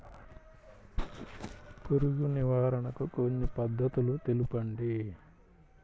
పురుగు నివారణకు కొన్ని పద్ధతులు తెలుపండి?